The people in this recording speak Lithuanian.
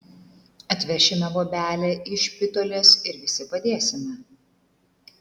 atvešime bobelę iš špitolės ir visi padėsime